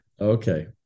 Okay